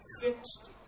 fixed